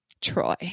Troy